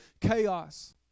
chaos